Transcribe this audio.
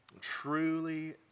Truly